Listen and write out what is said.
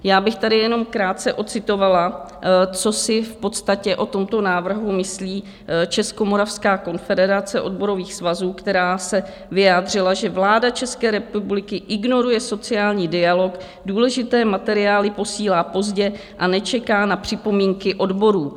Já bych tady jenom krátce ocitovala, co si v podstatě o tomto návrhu myslí Českomoravská konfederace odborových svazů, která se vyjádřila, že vláda České republiky ignoruje sociální dialog, důležité materiály posílá pozdě a nečeká na připomínky odborů.